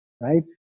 right